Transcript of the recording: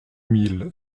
mille